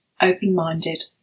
open-minded